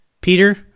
Peter